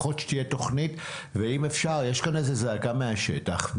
לפחות, שתהיה תוכנית כי יש כאן איזה זעקה מהשטח.